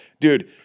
Dude